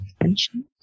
attention